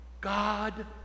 God